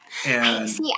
See